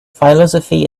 philosophy